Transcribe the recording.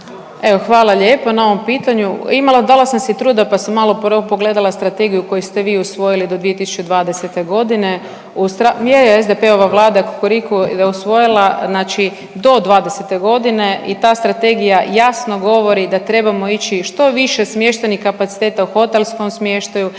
hvala lijepo na ovom pitanju. Imala dala sam si truda pa sam malo prvo pogledala strategiju koju ste vi usvojili do 2020.g., je, je SDP-ova vlada i kukuriku je usvojila do '20.-te godine i ta strategija jasno govori da trebamo ići što više smještajnih kapaciteta u hotelskom smještaju,